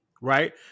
right